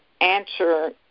answer